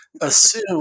Assume